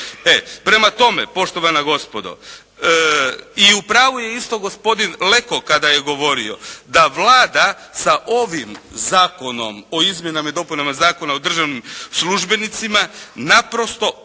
prema tome poštovana gospodo i u pravu je isto gospodin Leko kada je govorio da Vlada sa ovim Zakonom o izmjenama i dopunama Zakona o državnim službenicima naprosto prepravlja,